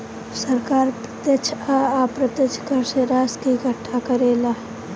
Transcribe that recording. सरकार प्रत्यक्ष आ अप्रत्यक्ष कर से राशि के इकट्ठा करेले